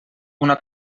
una